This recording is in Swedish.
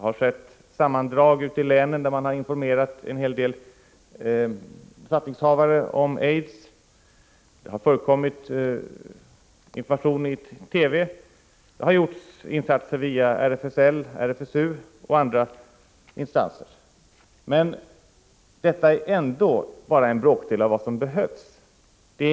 Ute i länen har man gjort sammandragningar i syfte att informera en hel del befattningshavare om sjukdomen aids. Man har också gett information i TV. Insatser har även gjorts via RFSL, RFSU och andra instanser. Men det man har gjort utgör ändå bara en bråkdel av det som behöver göras.